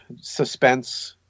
suspense